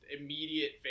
immediate